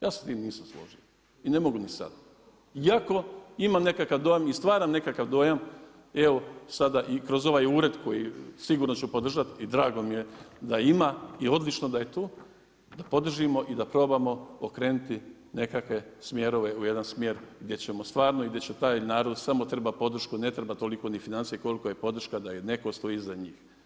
Ja s tim nisam složan i ne mogu ni sad, iako imam nekakav dojam i stvaram nekakav dojam i evo sada i kroz ovaj ured koji sigurno ću podržat i drago mi je da ima i odlično da je tu, da podržimo i da probamo okrenuti nekakve smjerove, u jedna smjer gdje ćemo stvarno, i gdje će taj narod samo treba podršku, ne treba toliko ni financije koliko je podrška da netko stoji iza njih.